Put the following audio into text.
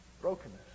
Brokenness